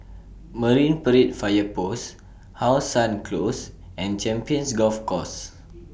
Marine Parade Fire Post How Sun Close and Champions Golf Course